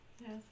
Yes